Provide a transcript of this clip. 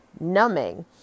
Numbing